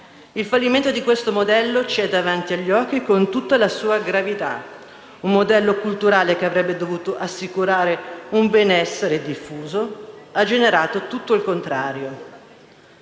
Il fallimento di questo modello ci è davanti agli occhi con tutta la sua gravità. Un modello culturale che avrebbe dovuto assicurare un benessere diffuso ha generato tutto il contrario: